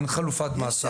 אין חלופת מעצר.